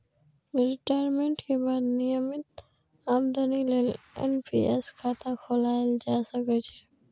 retirement के बाद नियमित आमदनी लेल एन.पी.एस खाता खोलाएल जा सकै छै